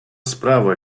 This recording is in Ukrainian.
справа